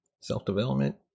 self-development